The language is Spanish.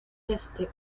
este